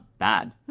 bad